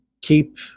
keep